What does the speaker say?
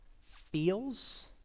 feels